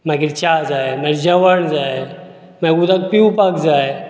मागीर चा जाय मागीर जेवण जाय मागीर उदक पिवपाक जाय